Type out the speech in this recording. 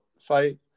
fight